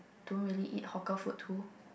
don't really eat hawker food too